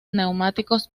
neumáticos